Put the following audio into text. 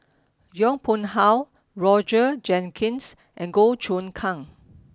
Yong Pung How Roger Jenkins and Goh Choon Kang